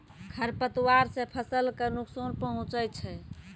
खरपतवार से फसल क नुकसान पहुँचै छै